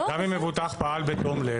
גם אם מבוטח פעל בתום לב,